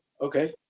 Okay